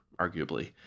arguably